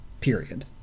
Period